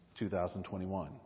2021